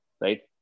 right